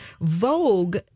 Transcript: Vogue